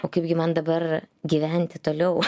o kaipgi man dabar gyventi toliau